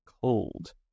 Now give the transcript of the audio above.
cold